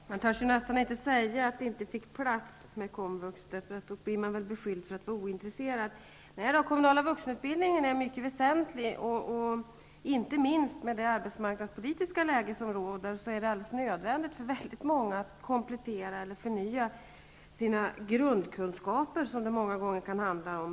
Herr talman! Man törs nästan inte säga att komvux inte fick plats. Då blir man väl beskylld för att vara ointresserad. Den kommunala vuxenutbildningen är mycket väsentlig. Inte minst med tanke på det arbetsmarknadspolitiska läge som råder är det alldeles nödvändigt för väldigt många att komplettera brister på vissa områden eller förnya sina grundkunskaper, vilket det många gånger kan handla om.